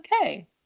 okay